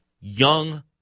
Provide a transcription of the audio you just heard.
young